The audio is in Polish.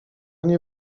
nie